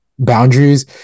boundaries